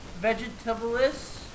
vegetabilis